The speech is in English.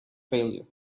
failure